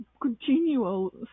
continual